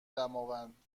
دماوند